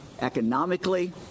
economically